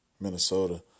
Minnesota